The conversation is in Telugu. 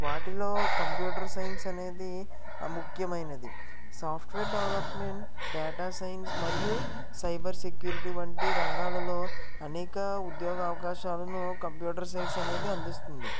వాటిలో కంప్యూటర్ సైన్స్ అనేది ముఖ్యమైనది సాఫ్ట్వేర్ డెవలప్మెంట్ డేటా సైన్స్ మరియు సైబర్ సెక్యూరిటీ వంటి రంగాలలో అనేక ఉద్యోగ అవకాశాలను కంప్యూటర్ సైన్స్ అనేది అందిస్తుంది